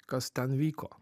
kas ten vyko